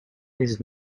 his